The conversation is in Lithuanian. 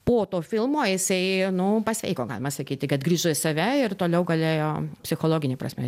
po to filmo jisai nu pasveiko galima sakyti kad grįžo į save ir toliau galėjo psichologine prasme